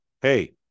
hey